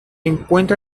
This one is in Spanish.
encuentra